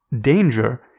Danger